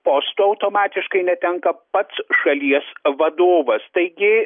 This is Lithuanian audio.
posto automatiškai netenka pats šalies vadovas taigi